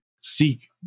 seek